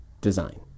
Design